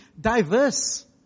diverse